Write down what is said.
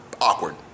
awkward